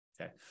Okay